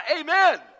amen